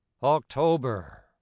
October